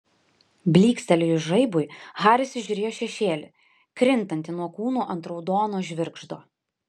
blykstelėjus žaibui haris įžiūrėjo šešėlį krintantį nuo kūnų ant raudono žvirgždo